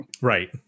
Right